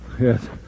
Yes